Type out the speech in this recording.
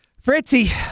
Fritzy